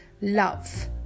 love